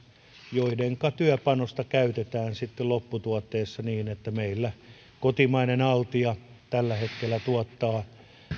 joidenka työpanosta käytetään lopputuotteessa niin että meillä kotimainen altia tällä hetkellä tuottaa